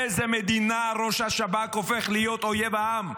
באיזו מדינה ראש השב"כ הופך להיות אויב העם?